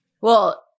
Well-